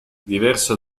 diverso